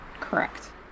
Correct